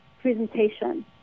presentation